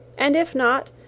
and if not,